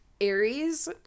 aries